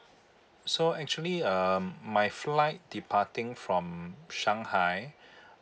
so actually um my flight departing from shanghai